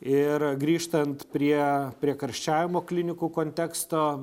ir grįžtant prie prie karščiavimo klinikų konteksto